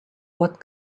what